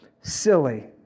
silly